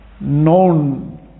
known